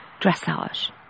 dressage